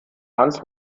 hans